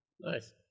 nice